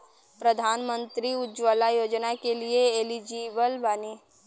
प्रधानमंत्री उज्जवला योजना के लिए एलिजिबल बानी?